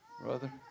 Brother